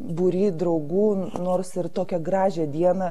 būry draugų nors ir tokią gražią dieną